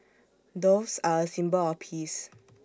doves are A symbol of peace